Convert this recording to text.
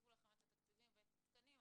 ירחיבו לכם את התקציבים ואת התקנים,